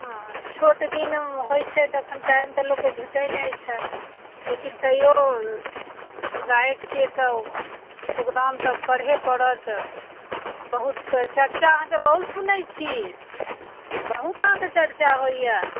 हँ छोट दिन होइत छै तखन टाइम तऽ लोककेँ भेटैत नहि छै लेकिन तैयो गायक छियै तऽ प्रोग्राम तऽ करहे पड़त बहुत के चर्चा अहाँके बहुत सुनैत छी बहुत अहाँके चर्चा होइया